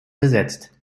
besetzt